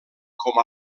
com